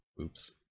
Oops